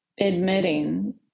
admitting